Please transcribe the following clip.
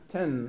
Ten